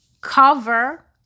cover